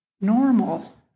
normal